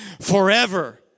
forever